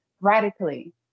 radically